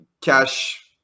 cash